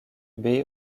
baie